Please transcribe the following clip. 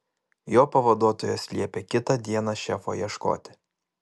jo pavaduotojas liepė kitą dieną šefo ieškoti